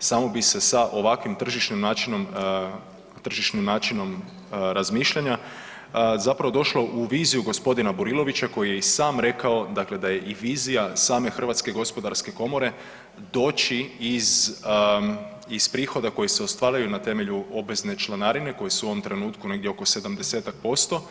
Samo bi se sa ovakvim tržišnim načinom razmišljanja zapravo došlo u viziju gospodina Burilovića koji je i sam rekao dakle da je i vizija same Hrvatske gospodarske komore doći iz prihoda koji se ostvaruju na temelju obvezne članarine koje su u ovom trenutku negdje oko 70-tak posto